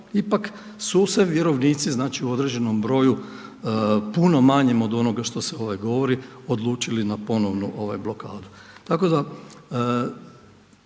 ipak su se vjerovnici znači u određenom broju, puno manjem od onoga što se govori odlučili na ponovnu blokadu.